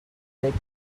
taking